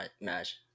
match